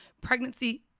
pregnancy